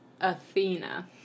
Athena